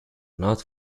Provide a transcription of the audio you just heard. not